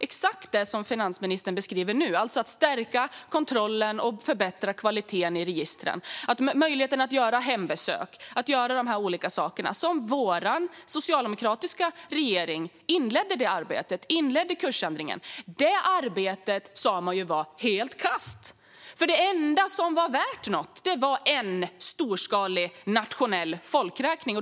Exakt det som finansministern beskriver nu om stärkt kontroll, förbättrad kvalitet i registren och möjlighet att göra hembesök är ett arbete som vår socialdemokratiska regering inledde och som inledde kursändringen - men det arbetet sa man ju var helt kasst! Det enda som var värt något var en storskalig nationell folkräkning.